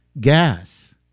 Gas